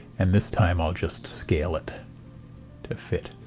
and this time i'll just scale it to fit.